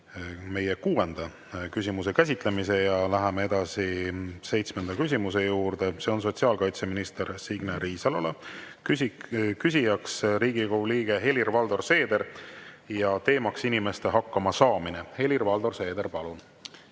meie kuuenda küsimuse käsitlemise. Läheme edasi seitsmenda küsimuse juurde. See on sotsiaalkaitseminister Signe Riisalole, küsija on Riigikogu liige Helir-Valdor Seeder ja teema on inimeste hakkamasaamine. Helir-Valdor Seeder, palun!